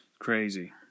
crazy